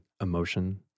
emotion